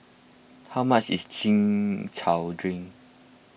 how much is Chin Chow Drink